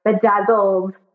bedazzled